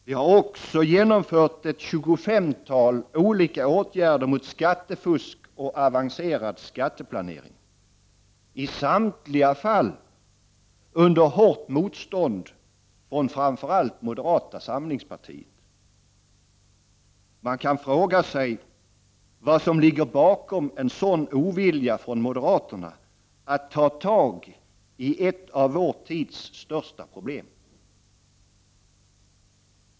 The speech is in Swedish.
Vi har också genomfört ett tjugofemtal åtgärder mot skattefusk och avancerad skatteplanering, i samtliga fall under hårt motstånd från framför allt moderata samlingspartiet. Man kan fråga sig vad som ligger bakom en sådan ovilja att ta itu med ett av vår tids största problem.